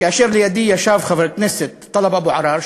כאשר לידי ישב חבר הכנסת טלב אבו עראר,